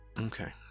Okay